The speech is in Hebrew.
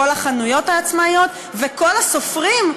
כל החנויות העצמאיות וכל הסופרים,